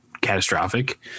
catastrophic